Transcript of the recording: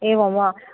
एवं वा